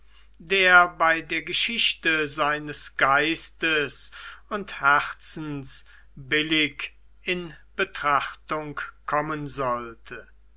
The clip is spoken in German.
der bei der geschichte seines geistes und herzens billig in betrachtung kommen sollte